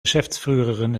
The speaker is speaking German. geschäftsführerin